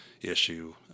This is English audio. issue